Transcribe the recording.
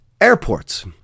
Airports